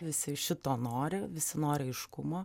visi šito nori visi nori aiškumo